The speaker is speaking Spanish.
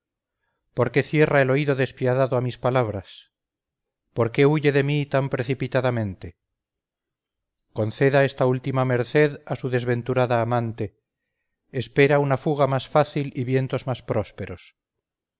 qué cierra el oído desapiadado a mis palabras por qué huye de mí tan precipitadamente conceda esta última merced a su desventurada amante espera una fuga más fácil y vientos más prósperos